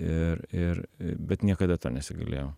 ir ir bet niekada to nesigailėjau